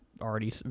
already